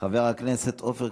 עכשיו,